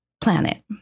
planet